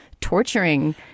torturing